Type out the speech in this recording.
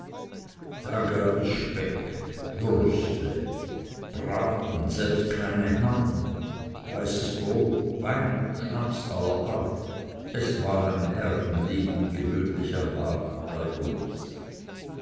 da gab es speck würste braten selbst kleine hammen weißes brot wein schnaps aller art es war ein herrenleben gewöhnlich am abend bei uns